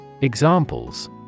Examples